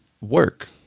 work